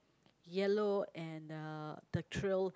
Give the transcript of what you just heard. yellow and uh the trail